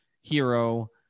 hero